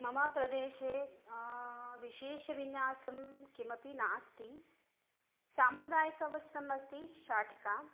मम प्रदेशे विशेषविन्यासं किमपि नास्ति साम्प्रदायिकं वस्रम् अस्ति शाटिका